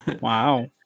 Wow